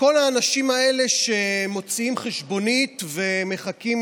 כל האנשים האלה שמוציאים חשבונית ומחכים